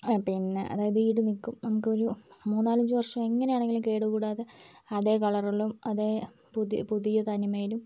പിന്നെ അതായത് ഈട് നിക്കും നമുക്കൊരു മൂന്നാലഞ്ച് വർഷം എങ്ങനെയാണെങ്കിലും കേട് കൂടാതെ അതേ കളറുകളും അതേ പുത് പുതിയ തനിമയിലും